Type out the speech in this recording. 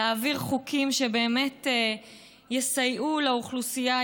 להעביר חוקים שבאמת יסייעו לאוכלוסייה,